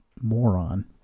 moron